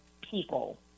people